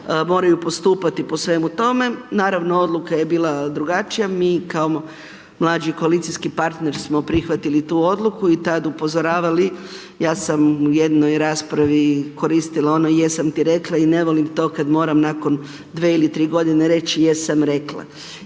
moraju postupati po svemu tome. Naravno odluka je bila drugačija, mi kao mlađi koalicijski partneri smo prihvatili tu odluku i tada upozoravali, ja sam u jednoj raspravi koristila ono jesam ti rekla, i ne volim to kada moram nakon 2 ili 3 godine reći jesam rekla.